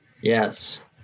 Yes